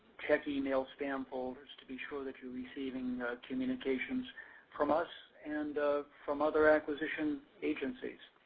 check emails, spam folders, to be sure that youre receiving communications from us and from other acquisition agencies.